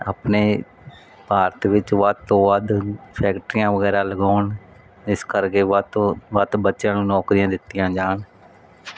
ਆਪਣੇ ਭਾਰਤ ਵਿੱਚ ਵੱਧ ਤੋਂ ਵੱਧ ਫੈਕਟਰੀਆਂ ਵਗੈਰਾ ਲਗਾਉਣ ਇਸ ਕਰਕੇ ਵੱਧ ਤੋਂ ਵੱਧ ਬੱਚਿਆਂ ਨੂੰ ਨੌਕਰੀਆਂ ਦਿੱਤੀਆਂ ਜਾਣ